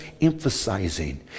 emphasizing